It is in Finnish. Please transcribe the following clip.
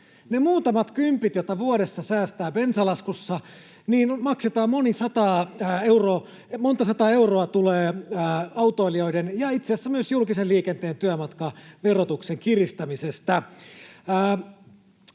Kun muutaman kympin vuodessa säästää bensalaskussa, niin monta sataa euroa tulee autoilijoiden ja itse asiassa myös julkisen liikenteen työmatkaverotuksen kiristämisestä.